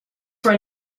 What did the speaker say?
run